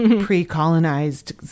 pre-colonized